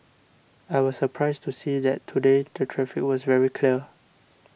I was surprised to see that today the traffic was very clear